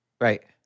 Right